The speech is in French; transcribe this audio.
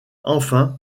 enfin